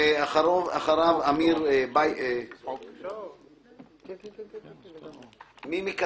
אני ואשתי פנינו לרשויות המדינה לפני 38 שנים